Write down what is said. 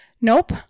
nope